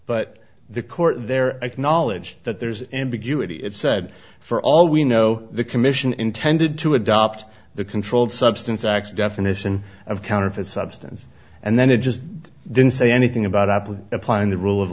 but the court there acknowledged that there is ambiguity it said for all we know the commission intended to adopt the controlled substance acts definition of counterfeit substance and then it just didn't say anything about apple applying the rule of